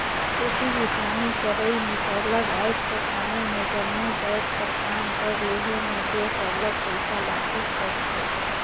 खेती किसानी करई में सरलग आएज कर समे में जम्मो जाएत कर काम कर लेहे में दो सरलग पइसा लागबेच करथे